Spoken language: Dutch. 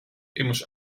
immers